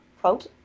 quote